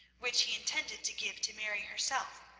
which he intended to give to mary herself.